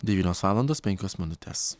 devynios valandos penkios minutės